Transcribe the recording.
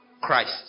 Christ